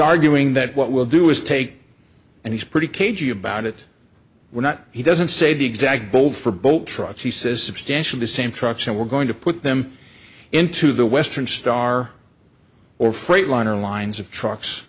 arguing that what we'll do is take and he's pretty cagey about it we're not he doesn't say the exact both for both trucks he says substantial the same trucks and we're going to put them into the western star or freightliner lines of trucks